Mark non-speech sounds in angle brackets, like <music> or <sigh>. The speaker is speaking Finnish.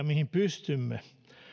<unintelligible> mihin pystymme